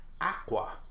Aqua